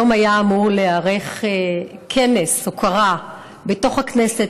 היום היה אמור להיערך כנס הוקרה בתוך הכנסת,